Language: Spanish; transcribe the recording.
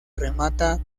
remata